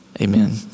amen